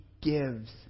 gives